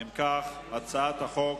אם כך, הצעת החוק